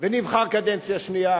ונבחר קדנציה שנייה